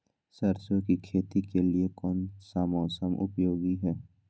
सरसो की खेती के लिए कौन सा मौसम उपयोगी है?